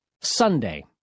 Sunday